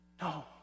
No